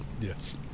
yes